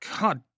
God